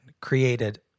created